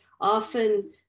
often